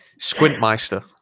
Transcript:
Squintmeister